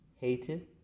hated